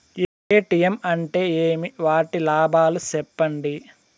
ATM అంటే ఏమి? వాటి లాభాలు సెప్పండి